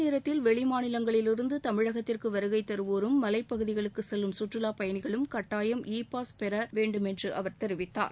நேரத்தில் வெளிமாநிலங்களிலிருந்து தமிழகத்திற்கு வருகை தருவோரும் அதே மலைப்பகுதிகளுக்குச் செல்லும் சுற்றுலாப் பயணிகளும் கட்டாயம் இ பாஸ் பெற வேண்டும் என்று அவர் தெரிவித்தார்